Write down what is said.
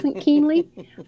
keenly